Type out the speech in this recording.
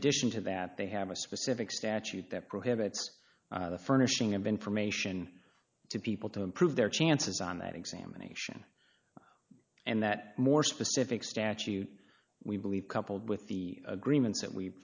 addition to that they have a specific statute that prohibits the furnishing of information to people to improve their chances on that examination and that more specific statute we believe coupled with the agreements that we